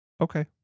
Okay